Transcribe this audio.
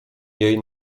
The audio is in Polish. jej